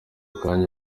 kanya